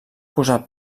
posar